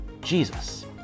Jesus